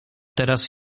teraz